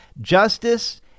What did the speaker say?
justice